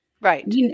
Right